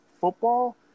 football